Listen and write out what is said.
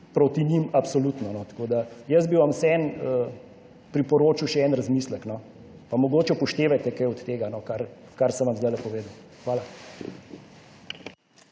proti njim, absolutno, no, tako da… Jaz bi vam vseeno priporočil še en razmislek, no, pa mogoče upoštevajte kaj od tega, no, kar, kar sem vam zdajle povedal. Hvala.